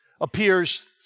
appears